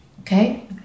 okay